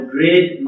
Great